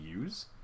use